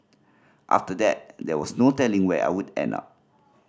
after that there was no telling where I would end up